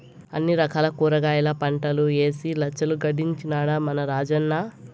అన్ని రకాల కూరగాయల పంటలూ ఏసి లచ్చలు గడించినాడ మన రాజన్న